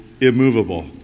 immovable